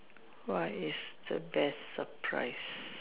what is the best surprise